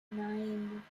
nine